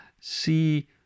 see